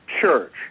church